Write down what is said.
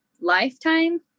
lifetime